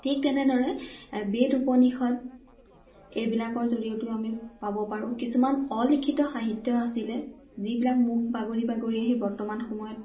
ঠিক তেনেদৰে বেদ উপনিষদ এইবিলাকৰ জৰিয়তেও আমি পাব পাৰোঁ কিছুমান অলিখিত সাহিত্য আছিলে যিবিলাক মুখ বাগৰি বাগৰি আহি বৰ্তমান সময়ত